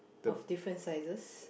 of different sizes